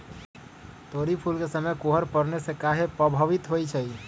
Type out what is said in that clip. तोरी फुल के समय कोहर पड़ने से काहे पभवित होई छई?